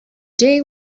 day